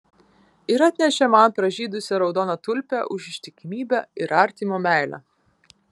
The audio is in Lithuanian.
ir atnešė man pražydusią raudoną tulpę už ištikimybę ir artimo meilę